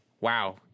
Wow